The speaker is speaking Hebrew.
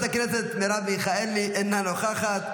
חברת הכנסת מרב מיכאלי, אינה נוכחת.